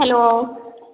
hello